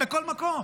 לכל מקום.